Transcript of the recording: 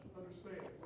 understand